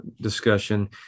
discussion